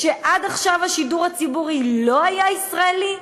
שעד עכשיו השידור הציבורי לא היה ישראלי?